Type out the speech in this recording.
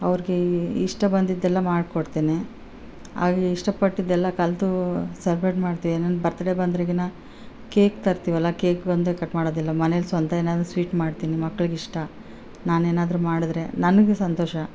ಅವ್ರಿಗೆ ಇಷ್ಟ ಬಂದಿದೆಲ್ಲ ಮಾಡ್ಕೊಡ್ತೀನಿ ಅವ್ರು ಇಷ್ಟ ಪಟ್ಟಿದೆಲ್ಲ ಕಲಿತು ಸಲ್ಬ್ರೇಟ್ ಮಾಡ್ತೀನಿ ಬರ್ತ ಡೆ ಬಂದ್ರೆಗಿನಾ ಕೇಕ್ ತರ್ತೀವಲ್ಲ ಕೇಕ್ ಒಂದೇ ಕಟ್ಮಾಡೋದಿಲ್ಲ ಮನೆಲ್ಲಿ ಸ್ವಂತ ಏನಾದರು ಸ್ವೀಟ್ ಮಾಡ್ತೀನಿ ಮಕ್ಳಿಗೆ ಇಷ್ಟ ನಾನೇನಾದರು ಮಾಡಿದರೆ ನನ್ಗೆ ಸಂತೋಷ